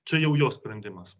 čia jau jo sprendimas